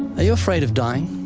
you afraid of dying?